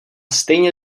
stejně